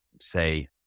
say